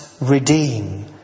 redeem